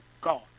God